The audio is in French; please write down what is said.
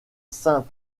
saint